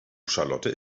charlotte